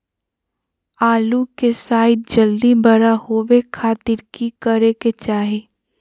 आलू के साइज जल्दी बड़ा होबे खातिर की करे के चाही?